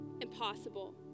impossible